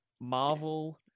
marvel